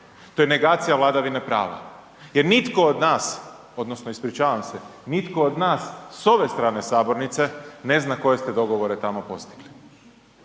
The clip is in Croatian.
To je negacija vladavine prava jer nitko od nas odnosno ispričavam se, nitko od nas s ove strane sabornice ne zna koje ste dogovore tamo postigli.